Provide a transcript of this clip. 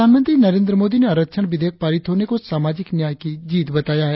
प्रधानमंत्री नरेंद्र मोदी ने आरक्षण विधेयक पारित होने को सामाजिक न्याय की जीत बताया है